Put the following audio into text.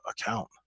account